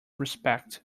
respect